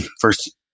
first